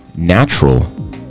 Natural